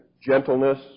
gentleness